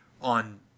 on